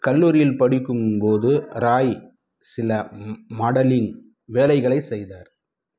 கல்லூரியில் படிக்கும்போது ராய் சில மாடலிங் வேலைகளைச் செய்தார்